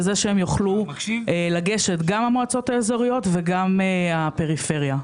בזה שיוכלו לגשת גם המועצות האזוריות וגם הפריפריה.